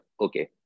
okay